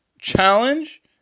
Challenge